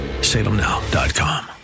salemnow.com